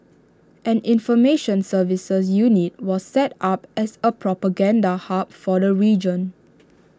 an information services unit was set up as A propaganda hub for the region